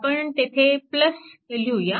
आपण तेथे लिहूया